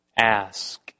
ask